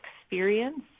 experience